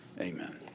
Amen